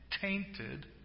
tainted